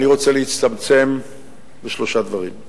אני רוצה להצטמצם לשלושה דברים.